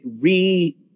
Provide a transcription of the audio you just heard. re